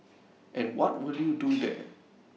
and what will you do there